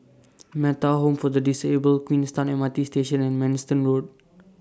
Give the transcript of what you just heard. Metta Home For The Disabled Queenstown M R T Station and Manston Road